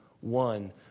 one